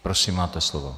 Prosím, máte slovo.